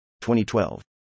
2012